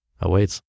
awaits